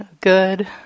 Good